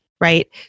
right